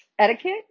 Etiquette